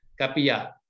kapia